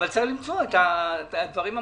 אבל צריך למצוא את הדברים המשלימים,